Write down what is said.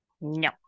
No